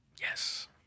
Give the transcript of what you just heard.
yes